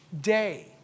day